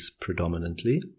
predominantly